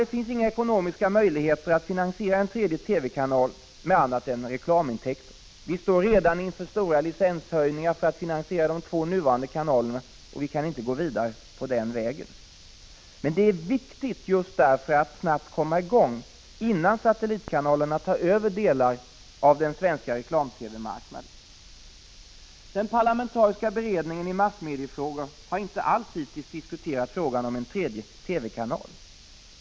Det finns inga ekonomiska möjligheter att finansiera en tredje TV-kanal med annat än reklamintäkter. Vi står redan nu inför stora höjningar av licensavgifter för att man skall kunna finansiera de två nuvarande kanalerna. Vi kan inte gå vidare på den vägen. Därför är det viktigt att komma i gång snabbt, innan satellitkanalerna tar över delar av den svenska reklam-TV-marknaden. Den parlamentariska beredningen i massmediefrågor har hittills inte alls diskuterat frågan om en tredje TV-kanal.